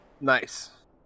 Nice